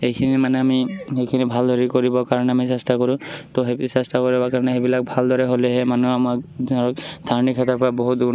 এইখিনি মানে আমি এইখিনি ভালদৰে কৰিবৰ কাৰণে আমি চেষ্টা কৰোঁ তো সেই চেষ্টা কৰিবৰ কাৰণে সেইবিলাক ভালদৰে হ'লেহে মানুহে আমাক ধৰক ধাননিখেতৰ পৰা বহুত দূৰ